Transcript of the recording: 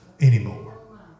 anymore